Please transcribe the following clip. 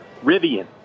rivian